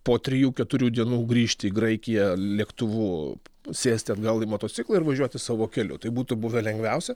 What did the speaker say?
po trijų keturių dienų grįžti į graikiją lėktuvu sėsti atgal į motociklą ir važiuoti savo keliu tai būtų buvę lengviausia